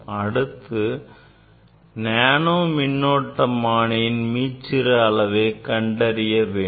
அடுத்து நானோ மின்னோட்டமானியின் மீச்சிறு அளவை கண்டறிய வேண்டும்